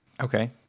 Okay